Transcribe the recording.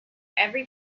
every